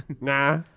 Nah